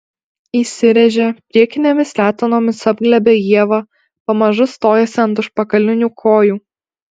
įsiręžia priekinėmis letenomis apglėbia ievą pamažu stojasi ant užpakalinių kojų